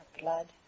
blood